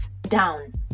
down